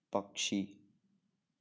പക്ഷി